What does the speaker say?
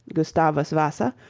gustavus vassa,